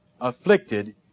afflicted